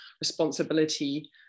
responsibility